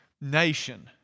nation